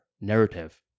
narrative